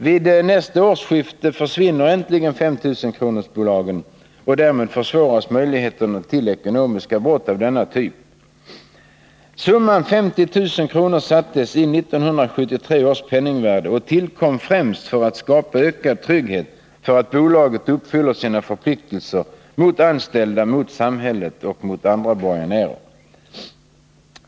Vid nästa årsskifte försvinner äntligen 5 000 kronorsbolagen, och därmed försvåras möjligheten till ekonomiska brott av denna typ. Summan 50 000 kr. sattes i 1973 års penningvärde och tillkom främst för att skapa ökad trygghet för att bolaget uppfyller sina förpliktelser mot anställda, mot samhället och mot andra borgenärer.